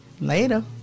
Later